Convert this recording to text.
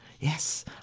Yes